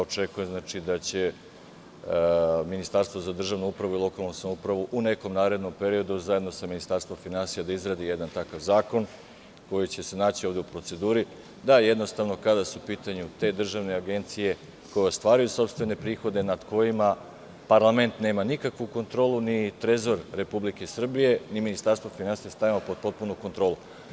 Očekujem da će Ministarstvo za državnu upravu i lokalnu samoupravu u nekom narednom periodu, zajedno sa Ministarstvom finansija, da izradi jedan takav zakon koji će se naći ovde u proceduri da, jednostavno, kada su u pitanju te državne agencije koje ostvaruju sopstvene prihode nad kojima parlament nema nikakvu kontrolu, ni Trezor Republike Srbije, ni Ministarstvo finansija, stavimo pod potpunu kontrolu.